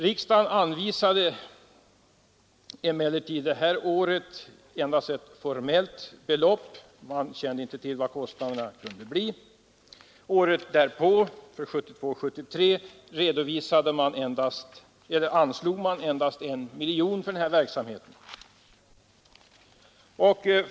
Riksdagen anvisade emellertid för budgetåret 1971 73, anslog man endast 1 miljon till verksamheten.